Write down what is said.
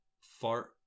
fart